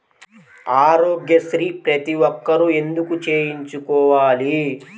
ఆరోగ్యశ్రీ ప్రతి ఒక్కరూ ఎందుకు చేయించుకోవాలి?